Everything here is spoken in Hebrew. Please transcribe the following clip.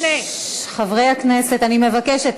חברי הכנסת, אני מבקשת.